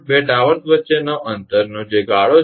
બે ટાવર્સ વચ્ચેનો અંતર જે ગાળો છે